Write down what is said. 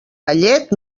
gallet